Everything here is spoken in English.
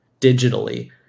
digitally